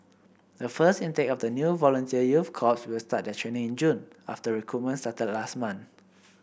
the first intake of the new volunteer youth corps will start their training in June after recruitment started last month